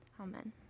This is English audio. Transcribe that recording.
amen